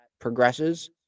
progresses